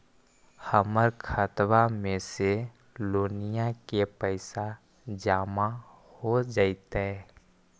हमर खातबा में से लोनिया के पैसा जामा हो जैतय?